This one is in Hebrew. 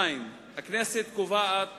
2. הכנסת קובעת